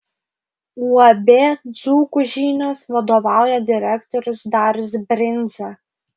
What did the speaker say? uab dzūkų žinios vadovauja direktorius darius brindza